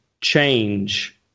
change